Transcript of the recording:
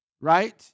Right